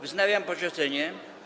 Wznawiam posiedzenie.